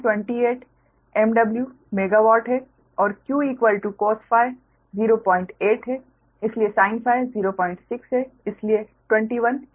तो वह 28 MW है और Q cos ∅ 08 है इसलिए sin ∅ 06 है इसलिए 21 MVAR है